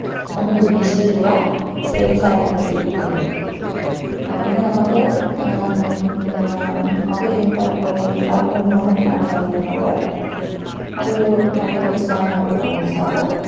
നമുക്കൊരു നിശ്ചിത തുക സേവിങ്സായിട്ട് നമുക്ക് കിട്ടുന്നു പിന്നെ നമുക്ക് എന്താണ് അത് ഇത് പറഞ്ഞതുപോലെ ഇസാപ്പിലും ലോണെടുക്കാനുള്ള സൗകര്യങ്ങളുണ്ട് അതൊരു നല്ലൊരു പ്രസ്ഥാനമായിട്ട് പോകുന്നു ഇസാപ്പ്